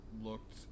looked